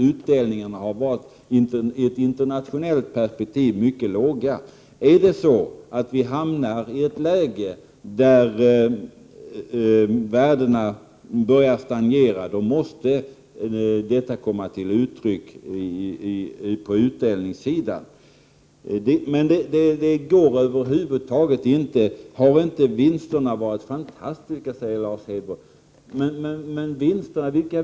Utdelningarna har i ett internationellt perspektiv varit mycket låga. Hamnar vi i ett läge där värdena stagnerar måste detta komma till uttryck på utdelningssidan. Har inte vinsterna varit fantastiska? säger Lars Hedfors. Vilka vinster?